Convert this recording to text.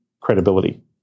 credibility